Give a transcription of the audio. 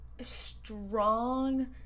strong